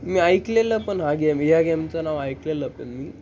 मी ऐकलेलं पण हा गेम या गेमचं नाव ऐकलेलं पण मी